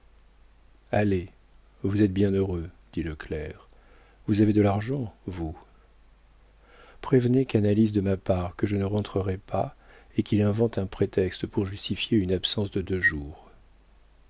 allez vous êtes bien heureux dit le clerc vous avez de l'argent vous prévenez canalis de ma part que je ne rentrerai pas et qu'il invente un prétexte pour justifier une absence de deux jours